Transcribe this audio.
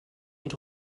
und